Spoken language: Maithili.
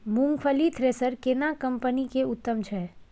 मूंगफली थ्रेसर केना कम्पनी के उत्तम छै?